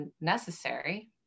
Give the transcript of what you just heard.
necessary